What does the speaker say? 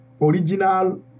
original